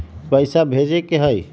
पैसा भेजे के हाइ?